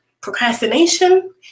procrastination